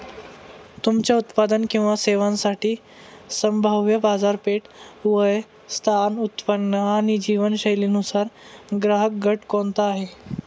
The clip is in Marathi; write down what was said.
तुमच्या उत्पादन किंवा सेवांसाठी संभाव्य बाजारपेठ, वय, स्थान, उत्पन्न आणि जीवनशैलीनुसार ग्राहकगट कोणता आहे?